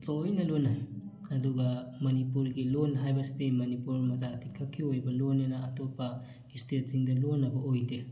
ꯂꯣꯏꯅ ꯂꯣꯟꯅꯩ ꯑꯗꯨꯒ ꯃꯅꯤꯄꯨꯔꯒꯤ ꯂꯣꯟ ꯍꯥꯏꯕꯁꯤꯗꯤ ꯃꯅꯤꯄꯨꯔ ꯃꯖꯥꯇꯤ ꯈꯛꯀꯤ ꯑꯣꯏꯕ ꯂꯣꯟꯅꯤꯅ ꯑꯇꯣꯞꯄ ꯁ꯭ꯇꯦꯠꯁꯤꯡꯗ ꯂꯣꯟꯅꯕ ꯑꯣꯏꯗꯦ